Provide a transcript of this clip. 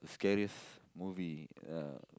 scariest movie ah